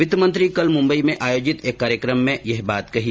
वित्त मंत्री कल मुम्बई में आयोजित एक कार्यक्रम में यह बात कही